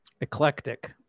eclectic